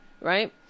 right